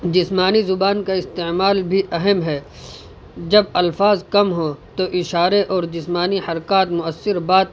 جسمانی زبان کا استعمال بھی اہم ہے جب الفاظ کم ہوں تو اشارے اور جسمانی حرکات مؤثر بات